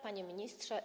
Panie Ministrze!